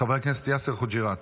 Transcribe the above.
חבר הכנסת יאסר חוג'יראת.